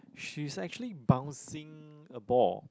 she's actually bouncing a ball